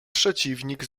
przeciwnik